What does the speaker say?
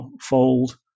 fold